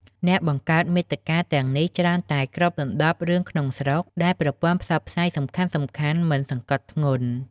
អ្នកបង្កើតមាតិកាទាំងនេះច្រើនតែគ្របដណ្តប់រឿងក្នុងស្រុកដែលប្រព័ន្ធផ្សព្វផ្សាយសំខាន់ៗមិនសង្កត់ធ្ងន់។